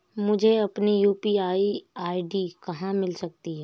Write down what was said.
मुझे अपनी UPI ID कहां मिल सकती है?